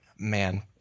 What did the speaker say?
man